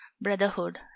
brotherhood